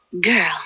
Girl